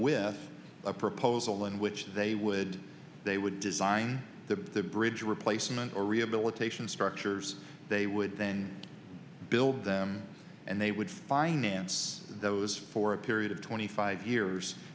with a proposal in which they would they would design the bridge replacement or rehabilitation structures they would then build them and they would finance those for a period of twenty five years